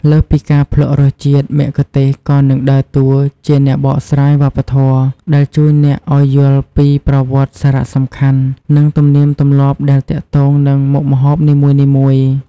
លើសពីការភ្លក្សរសជាតិ មគ្គុទ្ទេសក៍នឹងដើរតួជាអ្នកបកស្រាយវប្បធម៌ ដែលជួយអ្នកឱ្យយល់ពីប្រវត្តិ សារៈសំខាន់ និងទំនៀមទម្លាប់ដែលទាក់ទងនឹងមុខម្ហូបនីមួយៗ។